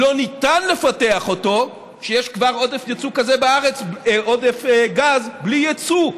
לא ניתן לפתח אותו כשיש כבר עודף גז כזה בארץ בלי יצוא.